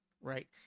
Right